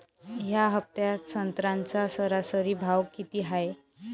या हफ्त्यात संत्र्याचा सरासरी भाव किती हाये?